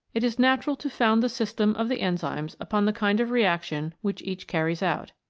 it is natural to found the system of the enzymes upon the kind of reaction which each carries out.